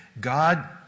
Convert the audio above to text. God